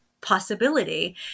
possibility